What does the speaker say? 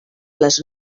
les